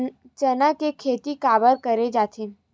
चना के खेती काबर करे जाथे?